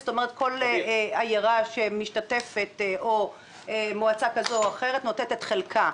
זאת אומרת כל עיירה שמשתתפת או מועצה כזאת או אחרת נותנת את חלקה.